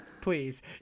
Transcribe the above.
Please